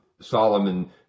Solomon